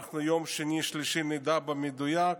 ביום שני, שלישי, אנחנו נדע במדויק,